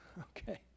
Okay